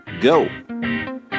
go